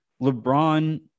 LeBron